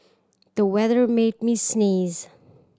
the weather made me sneeze